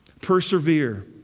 Persevere